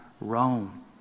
Rome